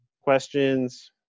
questions